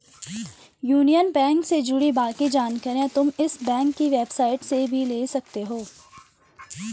union bank से जुड़ी बाकी जानकारी तुम इस बैंक की वेबसाईट से भी ले सकती हो